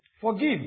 Forgive